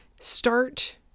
start